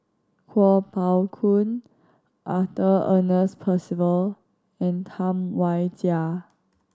Kuo Pao Kun Arthur Ernest Percival and Tam Wai Jia